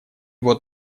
вот